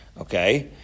okay